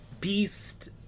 Beast